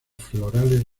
florales